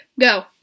go